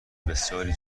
بسیاری